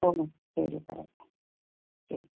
ഓ ശരി പറയാം ശരി